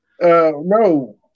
no